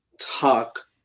talk